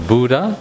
Buddha